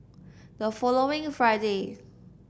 the following Friday